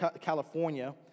California